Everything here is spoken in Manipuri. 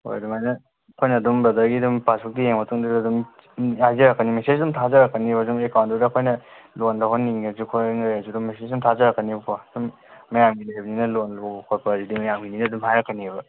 ꯍꯣꯏ ꯑꯗꯨꯃꯥꯏꯅ ꯑꯩꯈꯣꯏꯅ ꯑꯗꯨꯝ ꯕ꯭ꯔꯗꯔꯒꯤ ꯑꯗꯨꯝ ꯄꯥꯁꯕꯨꯛꯇꯨ ꯌꯦꯡꯂꯒ ꯃꯇꯨꯡꯗꯨꯗ ꯑꯗꯨꯝ ꯍꯥꯏꯖꯔꯛꯀꯅꯤ ꯃꯦꯁꯦꯁ ꯑꯗꯨꯝ ꯊꯥꯖꯔꯛꯀꯅꯦꯕ ꯑꯗꯨꯝ ꯑꯦꯀꯥꯎꯟꯗꯨꯗ ꯑꯩꯈꯣꯏꯅ ꯂꯣꯟ ꯂꯧꯍꯟꯅꯤꯡꯂꯁꯨ ꯈꯣꯠꯍꯟꯅꯤꯡꯕ ꯂꯩꯔꯁꯨ ꯃꯦꯁꯦꯁ ꯑꯗꯨꯝ ꯊꯥꯖꯔꯛꯀꯅꯦꯕꯀꯣ ꯑꯗꯨꯝ ꯃꯌꯥꯝꯒꯤ ꯂꯩꯕꯅꯤꯅ ꯂꯣꯟ ꯂꯧꯕ ꯈꯣꯠꯄ ꯍꯥꯏꯁꯤꯗꯤ ꯃꯌꯥꯝꯒꯤꯅꯤꯅ ꯑꯗꯨꯝ ꯍꯥꯏꯔꯛꯀꯅꯦꯕ